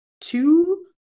two